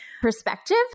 Perspective